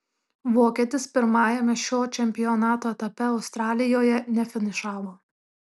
vokietis pirmajame šio čempionato etape australijoje nefinišavo